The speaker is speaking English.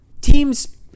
Teams